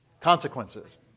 consequences